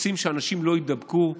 רוצים שאנשים לא יידבקו,